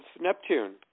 Neptune